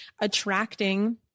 attracting